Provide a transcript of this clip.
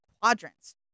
quadrants